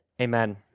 Amen